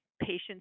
patients